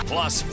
Plus